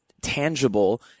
tangible